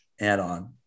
add-on